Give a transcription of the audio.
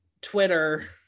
twitter